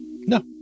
no